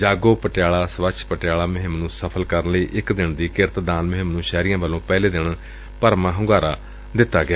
ਜਾਗੋ ਪਟਿਆਲਾ ਸਵੱਛ ਪਟਿਆਲਾ ਮੁਹਿੰਮ ਨੂੰ ਸਫ਼ਲ ਕਰਨ ਲਈ ਇੱਕ ਦਿਨ ਦੀ ਕਿਰਤ ਦਾਨ ਮੁਹਿੰਮ ਨੂੰ ਸ਼ਹਿਰੀਆਂ ਵੱਲੋਂ ਪਹਿਲੇ ਦਿਨ ਹੀ ਭਰਵਾਂ ਹੁੰਗਾਰਾ ਦਿੱਤਾ ਗਿਆ